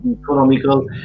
economical